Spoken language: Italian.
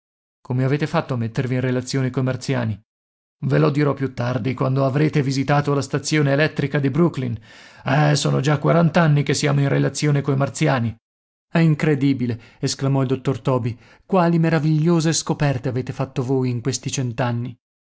come avete fatto a mettervi in relazione coi martiani ve lo dirò più tardi quando avrete visitato la stazione elettrica di brooklyn eh sono già quarant'anni che siamo in relazione coi martiani è incredibile esclamò il dottor toby quali meravigliose scoperte avete fatto voi in questi